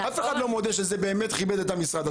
אף אחד לא מודה שזה באמת כיבד את המשרד.